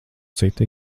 cita